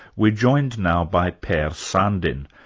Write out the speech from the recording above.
we're joined now by per sandin.